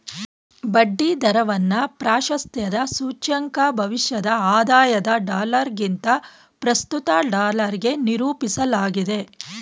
ಬಡ್ಡಿ ದರವನ್ನ ಪ್ರಾಶಸ್ತ್ಯದ ಸೂಚ್ಯಂಕ ಭವಿಷ್ಯದ ಆದಾಯದ ಡಾಲರ್ಗಿಂತ ಪ್ರಸ್ತುತ ಡಾಲರ್ಗೆ ನಿರೂಪಿಸಲಾಗಿದೆ